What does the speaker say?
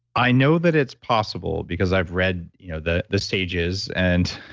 i know that it's possible because i've read you know the the stages and